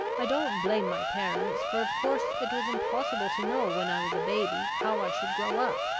i don't blame my parents, for of course it was impossible to know when i was a baby how i should grow up.